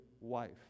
wife